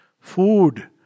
Food